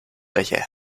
becher